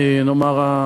נאמר,